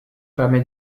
permet